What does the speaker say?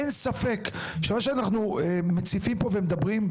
אין ספק שמה שאנחנו מציפים ומדברים עליו,